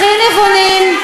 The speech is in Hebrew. הכי נבונים,